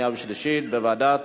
2012, לוועדת